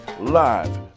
Live